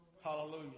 Hallelujah